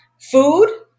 food